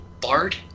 Bard